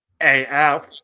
Af